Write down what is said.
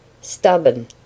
Stubborn